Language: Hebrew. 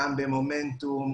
גם במומנטום,